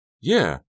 Yeah